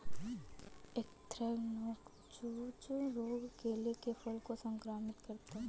anthracnose रोग केले के फल को संक्रमित करता है